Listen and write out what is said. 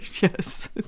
yes